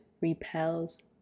repels